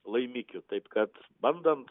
laimikiu taip kad bandant